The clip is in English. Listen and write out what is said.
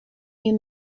new